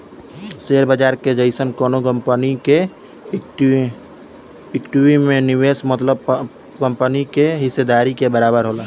share बाजार के जइसन कवनो कंपनी के इक्विटी में निवेश मतलब कंपनी के हिस्सेदारी के बराबर होला